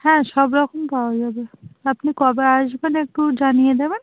হ্যাঁ সব রকম পাওয়া যাবে আপনি কবে আসবেন একটু জানিয়ে দেবেন